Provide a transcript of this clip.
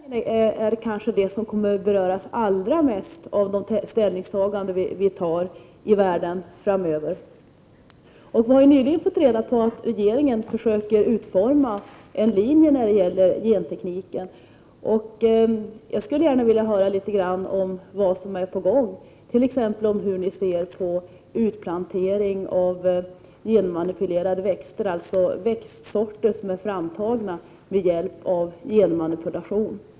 Fru talman! Det är intressant att gentekniken togs upp till diskussion, eftersom den verkligen är en jordbruksfråga. Jordbruksnäringen är kanske det område som allra mest kommer att beröras genom de ställningstaganden som framöver görs ute i världen. Nyss fick vi reda på att regeringen försöker utforma en linje beträffande gentekniken. Jag skulle gärna vilja höra litet grand om vad som är på gång, t.ex. hur man ser på utplantering av genmanipulerade växter, dvs. växtsorter som är framtagna med hjälp av genmanipulation.